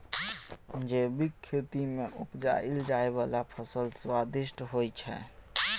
जैबिक खेती मे उपजाएल जाइ बला फसल स्वादिष्ट होइ छै